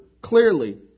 clearly